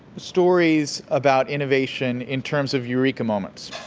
stories about innovation in terms of eureka moments.